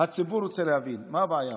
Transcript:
הציבור רוצה להבין מה הבעיה.